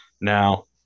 Now